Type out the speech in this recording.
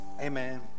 Amen